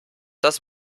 das